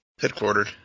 headquartered